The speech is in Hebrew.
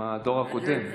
הם הדור הקודם.